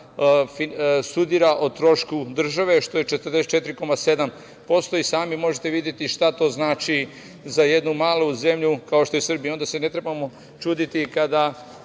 studira o trošku države, što je 44,7% i sami možete videti šta to znači za jednu malu zemlju kao što je Srbija, onda se ne trebamo čuditi kada